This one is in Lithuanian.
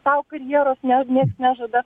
tau karjeros ne nieks nežada